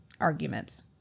arguments